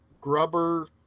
Grubber